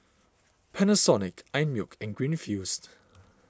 Panasonic Einmilk and Greenfields